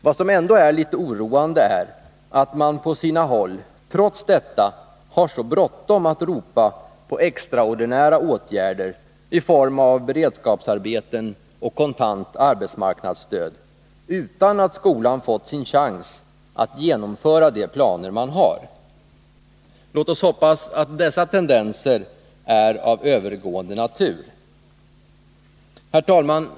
Vad som ändå är litet oroande är att man på sina håll trots detta har så bråttom att ropa på extraordinära åtgärder i form av beredskapsarbeten och kontant arbetsmarknadsstöd utan att skolan fått sin chans att genomföra de planer man har. Låt oss hoppas att dessa tendenser är av övergående natur. Herr talman!